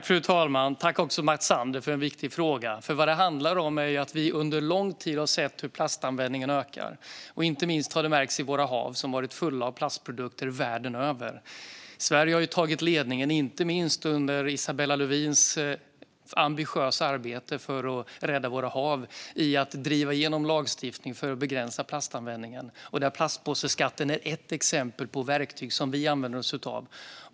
Fru talman! Tack, Mats Sander, för en viktig fråga! Vad det handlar om är att vi under lång tid har sett hur plastanvändningen ökar. Inte minst har detta märkts i våra hav, som varit fulla av plastprodukter världen över. Sverige har tagit ledningen, inte minst under Isabella Lövins ambitiösa arbete för att rädda våra hav, när det gäller att driva igenom lagstiftning för att begränsa plastanvändningen. Plastpåseskatten är ett exempel på verktyg som vi använder oss av.